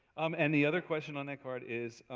um and the other question on the card is